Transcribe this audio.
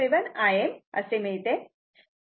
707 Im असे मिळते